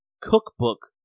cookbook